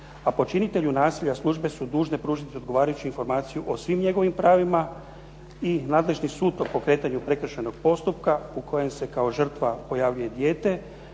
a počinitelju nasilja službe su dužne pružiti odgovarajuću informaciju o svim njegovim pravima. I nadležni sud pri pokretanju prekršajnog postupka u kojem se kao žrtva pojavljuje dijete